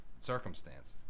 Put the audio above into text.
circumstance